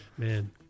Man